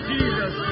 Jesus